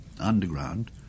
underground